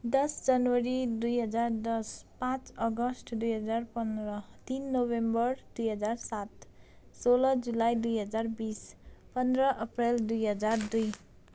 दस जनवरी दुई हजार दस पाँच अगस्त दुई हजार पन्ध्र तिन नोभेम्बर दुई हजार सात सोह्र जुलाई दुई हजार बिस पन्ध्र अप्रिल दुई हजार दुई